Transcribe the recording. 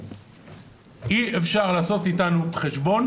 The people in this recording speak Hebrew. אי-אפשר לעשות אתנו חשבון,